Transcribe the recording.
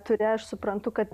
ture aš suprantu kad